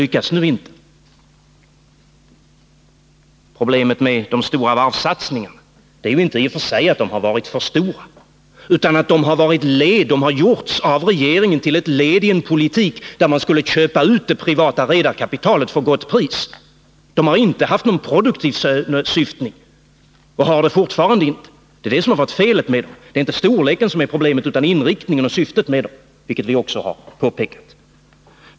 Måndagen den Problemet med de stora varvssatsningarna är ju inte i och för sig att de har 9 november 1981 varit för stora, utan att de av regeringen har gjorts till ett led i en politik där man skulle köpa ut det privata redarkapitalet för ett gott pris. Det har inte haft någon produktiv syftning, och har det fortfarande inte; det är det som har varit felet. Det har inte varit storleken av satsningarna som har varit problemet utan inriktningen och syftet med dem, vilket vi också har påpekat.